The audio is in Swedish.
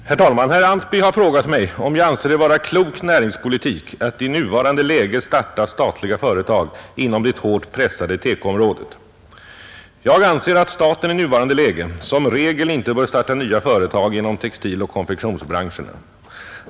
Herr talman! Herr Antby har frågat mig om jag anser det vara klok näringspolitik att i nuvarande läge starta statliga företag inom det hårt pressade TEKO-området. Jag anser att staten i nuvarande läge som regel inte bör starta nya företag inom textiloch konfektionsbranscherna.